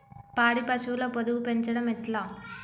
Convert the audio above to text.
పాడి పశువుల పొదుగు పెంచడం ఎట్లా?